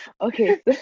Okay